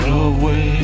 away